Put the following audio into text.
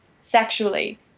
sexually